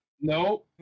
no